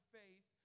faith